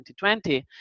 2020